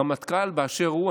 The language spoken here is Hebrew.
רמטכ"ל באשר הוא,